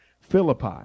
Philippi